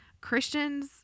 Christians